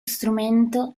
strumento